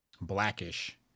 Blackish